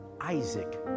Isaac